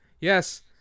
Yes